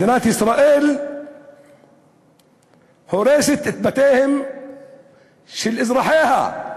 מדינת ישראל הורסת את בתיהם של אזרחיה.